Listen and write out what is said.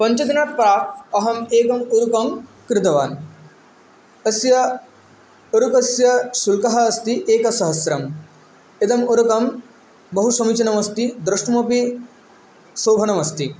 पञ्चदिनात् प्राक् अहं एकं उरुकं क्रीतवान् तस्य उरुकस्य शुल्कः अस्ति एकसहस्त्रं इदं उरुकं बहुसमीचीनमस्ति द्रष्टुमपि शोभनमस्ति